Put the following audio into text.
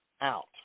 out